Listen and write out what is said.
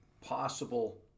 possible